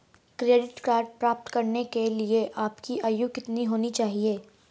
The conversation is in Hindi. क्रेडिट कार्ड प्राप्त करने के लिए आपकी आयु कितनी होनी चाहिए?